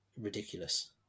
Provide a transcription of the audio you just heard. ridiculous